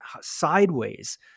sideways